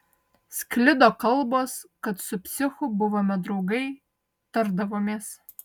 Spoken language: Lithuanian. sklido kalbos kad su psichu buvome draugai tardavomės